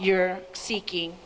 you're seeking